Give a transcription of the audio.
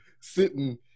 sitting